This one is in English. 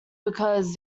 because